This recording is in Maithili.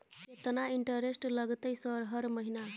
केतना इंटेरेस्ट लगतै सर हर महीना?